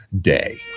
day